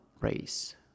race